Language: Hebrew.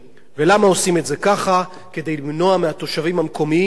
כדי למנוע מהתושבים המקומיים כל מעורבות בתהליך